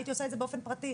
הייתי עושה את זה באופן פרטי.